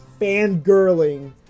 fangirling